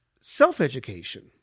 self-education